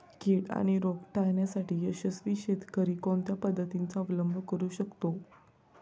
कीड आणि रोग टाळण्यासाठी यशस्वी शेतकरी कोणत्या पद्धतींचा अवलंब करू शकतो?